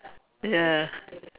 ya